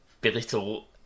belittle